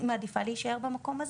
היא פשוט מעדיפה להישאר במקום הזה.